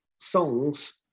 Songs